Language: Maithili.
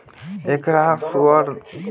एकरा सुअदगर व्यंजन के रूप मे उपयोग कैल जाइ छै